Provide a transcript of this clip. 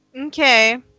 Okay